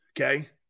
Okay